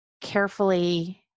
carefully